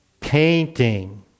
painting